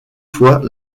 fois